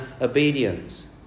obedience